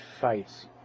fights